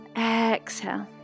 Exhale